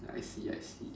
I see I see